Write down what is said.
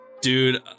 Dude